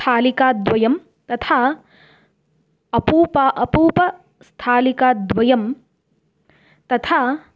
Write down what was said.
स्थालिकाद्वयं तथा अपूपम् अपूपस्थालिकाद्वयं तथा